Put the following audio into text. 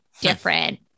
Different